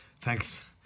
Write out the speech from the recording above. Thanks